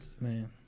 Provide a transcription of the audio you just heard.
man